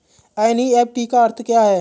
NEFT का अर्थ क्या है?